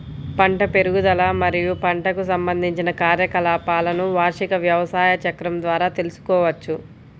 పంట పెరుగుదల మరియు పంటకు సంబంధించిన కార్యకలాపాలను వార్షిక వ్యవసాయ చక్రం ద్వారా తెల్సుకోవచ్చు